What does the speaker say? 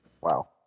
Wow